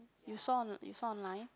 you saw on you saw online